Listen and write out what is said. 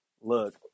Look